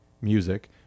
music